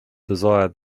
desire